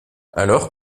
alors